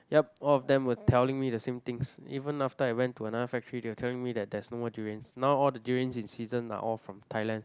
yup all of them were telling me the same things even after I went to another factory they were telling me that there's no more durians now all the durians in season are all from Thailand